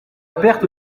perte